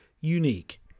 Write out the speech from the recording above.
unique